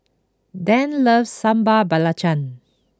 Dan loves Sambal Belacan